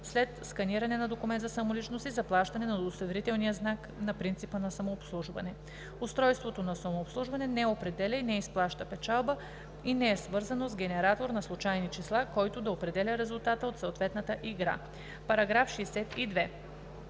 след сканиране на документ за самоличност и заплащане на удостоверителния знак на принципа на самообслужване. Устройството на самообслужване не определя и не изплаща печалба и не е свързано с генератор на случайни числа, който да определя резултата от съответната игра.“